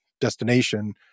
destination